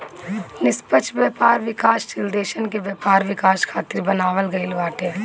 निष्पक्ष व्यापार विकासशील देसन के व्यापार विकास खातिर बनावल गईल बाटे